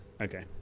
Okay